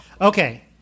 Okay